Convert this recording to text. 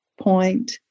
point